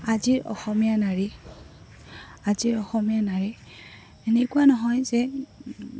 আজিৰ অসমীয়া নাৰী আজিৰ অসমীয়া নাৰী এনেকুৱা নহয় যে